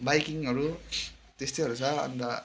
बाइकिङहरू त्यस्तैहरू छ अन्त